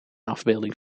afbeelding